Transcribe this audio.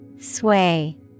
Sway